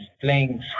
playing